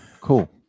cool